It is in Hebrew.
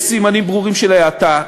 יש סימנים ברורים של האטה,